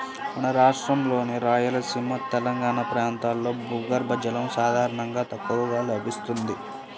మన రాష్ట్రంలోని రాయలసీమ, తెలంగాణా ప్రాంతాల్లో భూగర్భ జలం సాధారణంగా తక్కువగా లభిస్తుంది